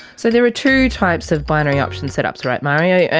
so there are two types of binary option setups, right mario?